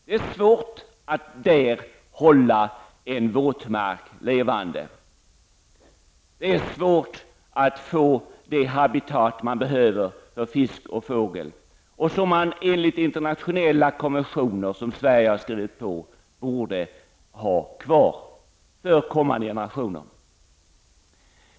Det är svårt att där hålla en våtmark levande och att upprätthålla det habitat som man behöver för fisk och fågel och som man enligt internationella konventioner som Sverige har skrivit på borde ha kvar för kommande generationer.